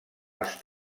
els